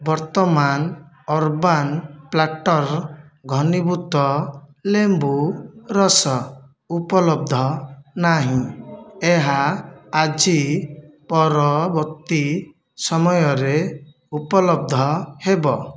ବର୍ତ୍ତମାନ urban platter ଘନୀଭୂତ ଲେମ୍ବୁ ରସ ଉପଲବ୍ଧ ନାହିଁ ଏହା ଆଜି ପରବର୍ତ୍ତୀ ସମୟରେ ଉପଲବ୍ଧ ହେବ